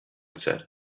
said